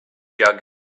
jug